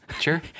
sure